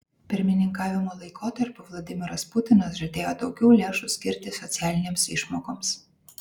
pirmininkavimo laikotarpiu vladimiras putinas žadėjo daugiau lėšų skirti socialinėms išmokoms